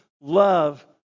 love